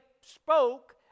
spoke